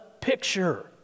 picture